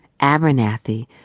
Abernathy